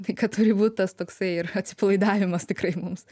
tai kad turi būt tas toksai ir atsipalaidavimas tikrai mums